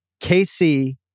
KC